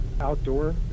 outdoor